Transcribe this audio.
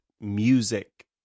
music